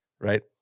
Right